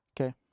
okay